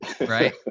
right